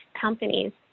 companies